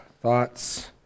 thoughts